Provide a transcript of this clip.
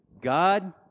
God